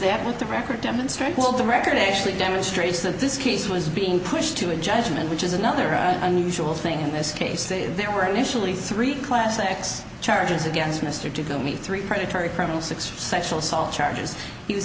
that with the record demonstrate all the record actually demonstrates that this case was being pushed to a judgment which is another unusual thing in this case that there were initially three class sex charges against mr to go meet three predatory criminal six sexual assault charges he was